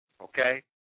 okay